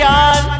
on